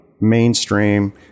mainstream